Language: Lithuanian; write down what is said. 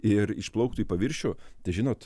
ir išplauktų į paviršių tai žinot